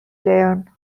laon